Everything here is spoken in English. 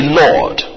lord